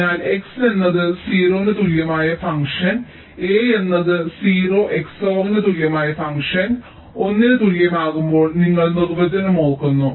അതിനാൽ x എന്നത് 0 ന് തുല്യമായ ഫംഗ്ഷൻ a എന്നത് 0 XOR ന് തുല്യമായ ഫംഗ്ഷൻ 1 ന് തുല്യമാകുമ്പോൾ നിങ്ങൾ നിർവചനം ഓർക്കുന്നു